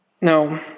No